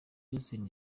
justin